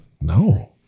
No